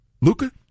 Luca